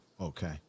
Okay